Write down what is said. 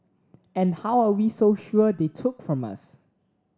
and how are we so sure they took from us